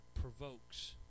provokes